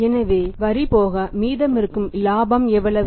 எனவே வரி போக மீதமிருக்கும் இலாபம் எவ்வளவு